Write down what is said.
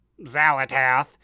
Zalatath